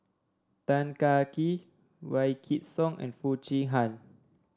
Tan Kah Kee Wykidd Song and Foo Chee Han